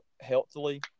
healthily